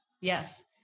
Yes